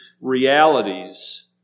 realities